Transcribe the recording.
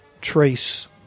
trace